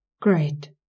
Great